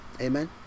Amen